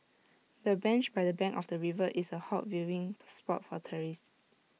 the bench by the bank of the river is A hot viewing spot for tourists